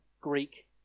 Greek